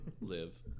Live